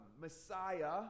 Messiah